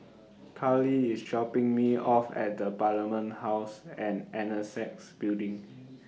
Karley IS dropping Me off At Parliament House and Annexe Building